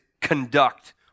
conduct